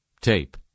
tape